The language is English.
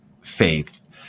faith